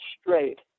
straight